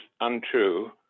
untrue